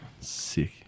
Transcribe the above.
Sick